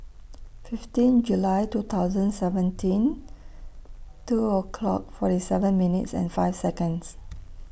fifteen July two thousand and seventeen two o'clock forty seven minutes and five Seconds